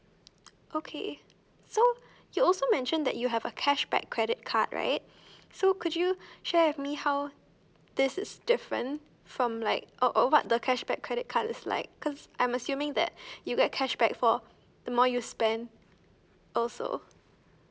okay so you also mentioned that you have a cashback credit card right so could you share with me how this is different from like oh oh what the cashback credit card is like cause I'm assuming that you get cashback for the more you spend also